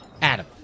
Adam